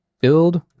build